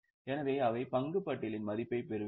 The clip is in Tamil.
எனவே அவை பங்கு பட்டியலின் மதிப்பை பெறுவீர்கள்